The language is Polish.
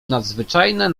nadzwyczajne